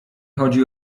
chodzi